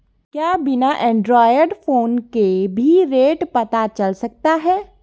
क्या बिना android phone के भी रेट पता चल सकता है?